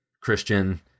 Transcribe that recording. Christian